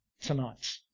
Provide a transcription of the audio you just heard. tonight